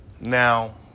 Now